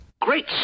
Great